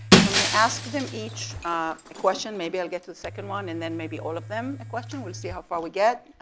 so i'm going to ask them each a question, maybe i'll get to a second one and then maybe all of them a question, we'll see how far we get,